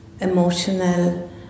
emotional